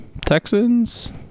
Texans